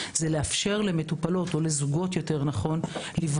הוא לאפשר למטופלות או לזוגות לבחור